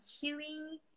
healing